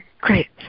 Great